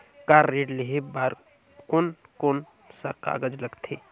Car ऋण लेहे बार कोन कोन सा कागज़ लगथे?